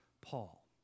Paul